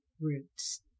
roots